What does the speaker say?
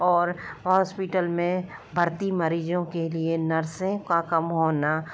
और हॉस्पिटल में भर्ती मरीजों के लिए नर्सें का कम होना